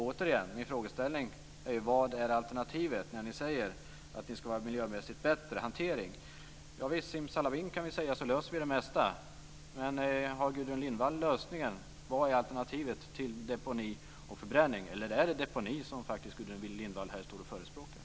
Återigen är min fråga: Vad är alternativet när ni säger att det ska vara en miljömässigt bättre hantering? Vi kan säga simsalabim, så löser vi det mesta. Men har Gudrun Lindvall lösningen? Vad är alternativet till deponi och förbränning? Eller är det deponi som Gudrun Lindvall faktiskt står här och förespråkar?